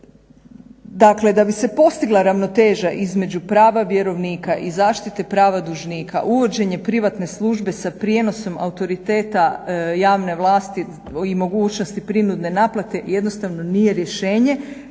da bi se postigla ravnoteža između prava vjerovnika i zaštite prava dužnika, uvođenje privatne službe sa prijenosom autoriteta javne vlasti i mogućnosti prinudne naplate jednostavno nije rješenje